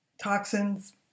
toxins